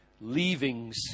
leavings